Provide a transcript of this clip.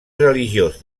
religiós